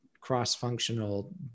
cross-functional